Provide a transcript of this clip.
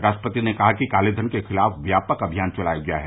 राष्ट्रपति ने कहा कि काले धन के खिलाफ व्यापक अभियान चलाया गया है